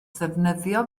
ddefnyddio